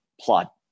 plot